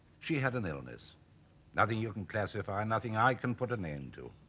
she had an illness nothing you can classify nothing i can put an end to.